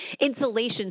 insulation